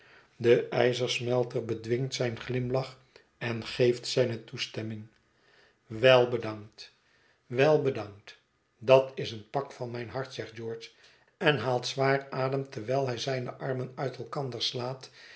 de ijzersmelter bedwingt zijn glimlach en geelt zijne toestemming wel bedankt wel bedankt dat is een pak van mijn hart zegt george en haalt zwaar adem terwijl hij zijne armen uit elkander slaat